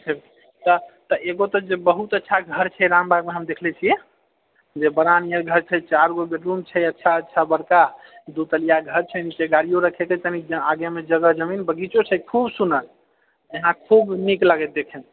हँ तऽ एगो तऽ बहुत अच्छा घर छै रामबागमे हम देखले छियै जे बड़ा निअर घर छै चारिगो बैडरूम छै अच्छा अच्छा बड़का दुतलिया घर छै निचे गाड़ियो रखएके कनि आगेमे जमीन बगीचो छै खूब सुनर अहाँकेँ खूब निक लागत देखएमे